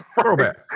throwback